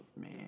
man